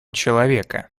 человека